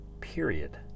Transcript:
period